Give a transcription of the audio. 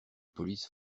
police